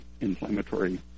inflammatory